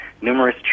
numerous